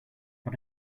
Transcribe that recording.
but